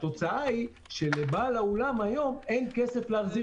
התוצאה היא שלבעל האולם היום אין כסף להחזיר